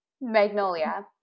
Magnolia